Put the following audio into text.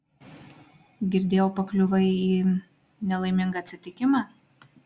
girdėjau pakliuvai į nelaimingą atsitikimą